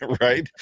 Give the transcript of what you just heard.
right